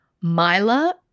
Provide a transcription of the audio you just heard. Myla